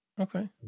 Okay